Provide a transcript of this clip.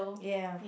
yeah